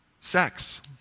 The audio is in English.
Sex